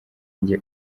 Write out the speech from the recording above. njye